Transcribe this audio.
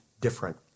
different